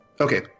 Okay